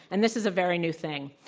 and this is a very new thing.